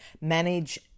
manage